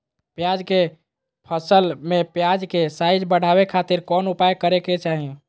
प्याज के फसल में प्याज के साइज बढ़ावे खातिर कौन उपाय करे के चाही?